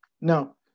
Now